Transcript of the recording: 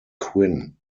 quinn